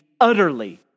utterly